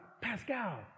pascal